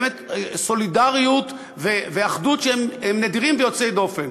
באמת סולידריות ואחדות שהן נדירות ויוצאות דופן,